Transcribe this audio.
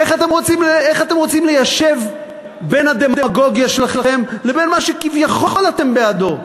איך אתם רוצים ליישב בין הדמגוגיה שלכם לבין מה שכביכול אתם בעדו?